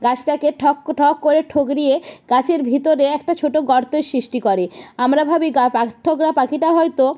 গাছটাকে ঠক ঠক করে ঠুকরিয়ে গাছের ভিতরে একটা ছোটো গর্তর সৃষ্টি করে আমরা ভাবি গা পাখঠোকরা পাখিটা হয়তো